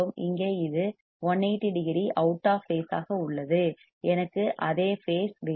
இங்கே இது 180 degree out of phase ஆக உள்ளது எனக்கு அதே பேஸ் phase வேண்டும்